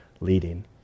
leading